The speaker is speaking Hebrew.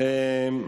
אולי.